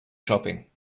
shopping